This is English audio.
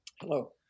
Hello